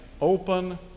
open